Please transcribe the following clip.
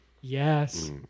Yes